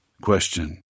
Question